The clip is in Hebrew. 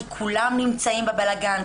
כי כולם נמצאים בבלגן,